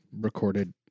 recorded